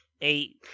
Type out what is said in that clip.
eight